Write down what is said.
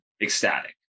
ecstatic